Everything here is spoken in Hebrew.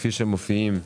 כפי שמופיעים.